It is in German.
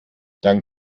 dank